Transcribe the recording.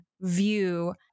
view